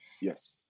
Yes